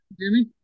Jimmy